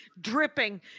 dripping